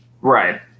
right